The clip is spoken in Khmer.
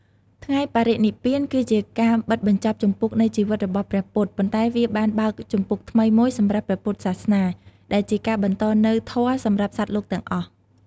ថ្ងៃបរិនិព្វាន គឺជាការបិទបញ្ចប់ជំពូកនៃជីវិតរបស់ព្រះពុទ្ធ ប៉ុន្តែវាបានបើកជំពូកថ្មីមួយសម្រាប់ព្រះពុទ្ធសាសនា ដែលជាការបន្តនូវធម៌សម្រាប់សត្វលោកទាំងអស់។